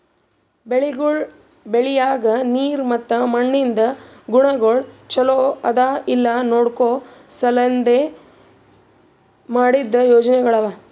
ಬೆಳಿಗೊಳ್ ಬೆಳಿಯಾಗ್ ನೀರ್ ಮತ್ತ ಮಣ್ಣಿಂದ್ ಗುಣಗೊಳ್ ಛಲೋ ಅದಾ ಇಲ್ಲಾ ನೋಡ್ಕೋ ಸಲೆಂದ್ ಮಾಡಿದ್ದ ಯೋಜನೆಗೊಳ್ ಅವಾ